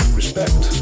respect